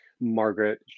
Margaret